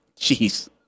jeez